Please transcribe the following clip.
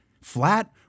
flat